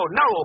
no